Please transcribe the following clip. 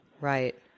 Right